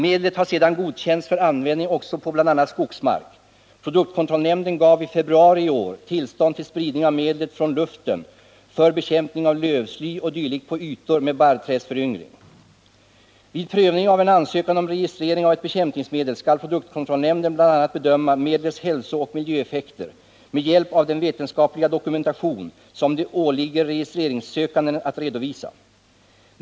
Medlet har senare godkänts för användning också på bl.a. skogsmark. Produktkontrollnämnden gav i februari i år tillstånd till spridning av medlet från luften för bekämpning av lövsly o. d. på ytor med barrträdsföryngring. Vid prövning av en ansökan om registrering av ett bekämpningsmedel skall produktkontrollnämnden bl.a. bedöma medlets hälsooch miljöeffekter med hjälp av den vetenskapliga dokumentation som det åligger registreringssökanden att redovisa.